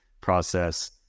process